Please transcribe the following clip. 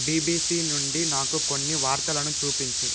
BBC నుండి నాకు కొన్ని వార్తలను చూపించు